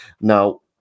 now